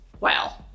wow